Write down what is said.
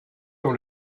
dans